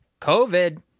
COVID